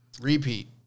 Repeat